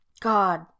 God